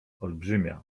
olbrzymia